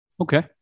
Okay